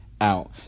out